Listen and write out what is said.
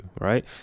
Right